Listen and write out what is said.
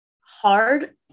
hard